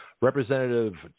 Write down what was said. Representative